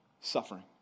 suffering